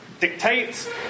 dictates